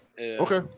Okay